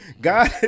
God